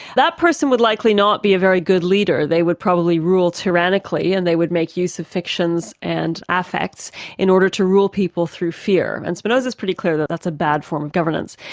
that person would likely not be a very good leader. they would probably rule tyrannically and they would make use of fictions and affects in order to rule people through fear, and spinoza's pretty clear that that's a bad form of governance.